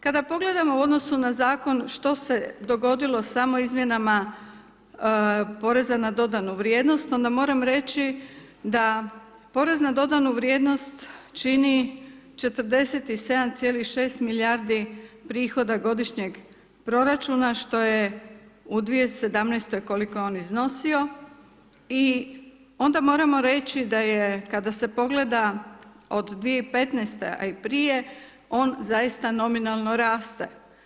Kada pogledamo u odnosu na Zakon što se dogodilo samo izmjenama poreza na dodanu vrijednost, onda moram reći da, porez na dodanu vrijednosti čini 47,6 milijardi prihoda godišnjeg proračuna, što je u 2017., koliko je on iznosio, i onda moramo reći, da je, kada se pogleda od 2015., a i prije, on zaista nominalno raste.